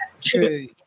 True